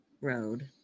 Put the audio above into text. road